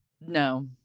No